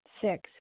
six